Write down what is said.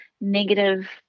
negative